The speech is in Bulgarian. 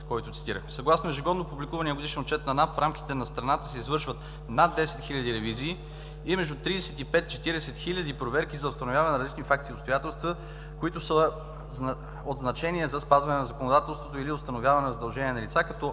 Съгласно ежегодно публикувания годишен отчет на НАП в рамките на страната се извършват над 10 хиляди ревизии и между 35-40 хиляди проверки за установяване на различни факти и обстоятелства, които са от значение за спазване на законодателството или установяване на задължения на лица, като